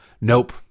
Nope